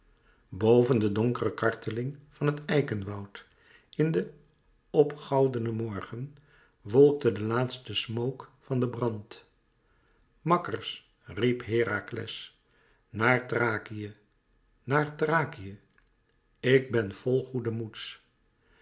boven de donkere karteling van het eikenwoud in den p goudenden morgen wolkte de laatste smook van den brand makkers riep herakles naar thrakië naar thrakië ik ben vol goeden moeds